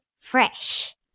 fresh